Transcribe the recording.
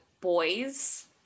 boys